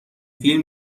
فیلم